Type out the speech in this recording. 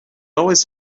always